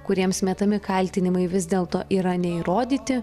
kuriems metami kaltinimai vis dėlto yra neįrodyti